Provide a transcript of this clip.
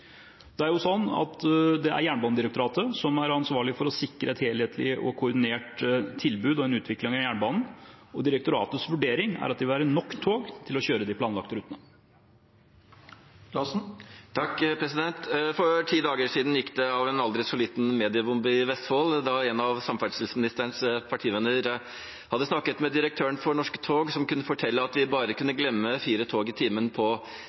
Det er jo sånn at det er Jernbanedirektoratet som er ansvarlig for å sikre et helhetlig og koordinert tilbud og en utvikling av jernbanen, og direktoratets vurdering er at det vil være nok tog til å kjøre de planlagte rutene. For ti dager siden gikk det av en aldri så liten mediebombe i Vestfold, da en av samferdselsministerens partivenner hadde snakket med direktøren for Norske tog, som kunne fortelle at de bare kunne glemme fire tog i timen på